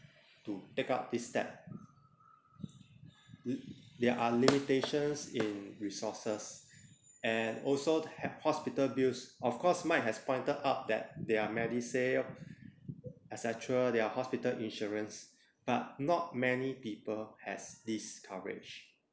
to take up this step there are limitations in resources and also the ha~ hospital bills of course mike has pointed out that there are medisave etc there are hospital insurance but not many people has this coverage